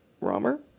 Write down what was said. Romer